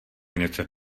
něco